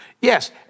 Yes